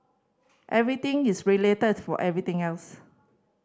everything is related to everything else